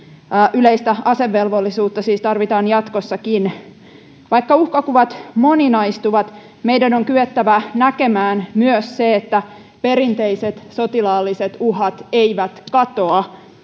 yleistä asevelvollisuutta siis tarvitaan jatkossakin vaikka uhkakuvat moninaistuvat meidän on kyettävä näkemään myös se että perinteiset sotilaalliset uhat eivät katoa